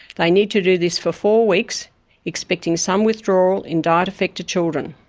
they need to do this for four weeks expecting some withdrawal in diet affected children.